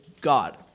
God